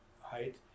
height